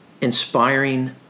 inspiring